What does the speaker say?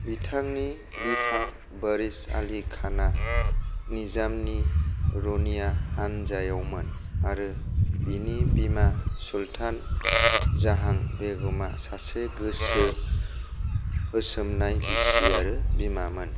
बिथांनि बिफा बरिश आली खाना निजामनि रौनिया हानजायावमोन आरो बिनि बिमा सुल्तान जहां बेगमा सासे गोसो होसोमनाय बिसि आरो बिमामोन